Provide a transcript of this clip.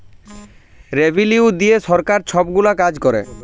revenue দিঁয়ে সরকার ছব গুলা কাজ ক্যরে